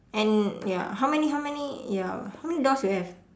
and ya how many how many ya how many doors you have